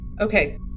Okay